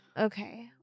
Okay